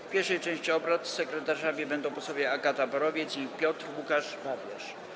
W pierwszej części obrad sekretarzami będą posłowie Agata Borowiec i Piotr Łukasz Babiarz.